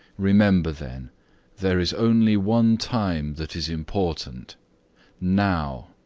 remember then there is only one time that is important now!